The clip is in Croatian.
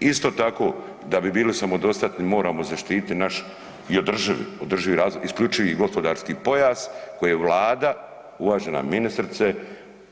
Isto tako da bi bili samodostatni moramo zaštiti naš i održivi, održivi razvoj, isključivi gospodarski pojas koji je Vlada uvažena ministrice